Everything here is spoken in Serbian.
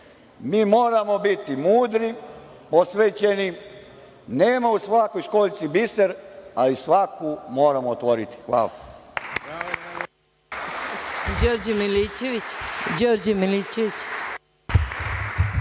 Mi moramo biti mudri, posvećeni. Nema u svakoj školjci biser, ali svaku moramo otvoriti. Hvala.